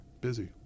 busy